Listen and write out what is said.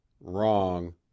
Wrong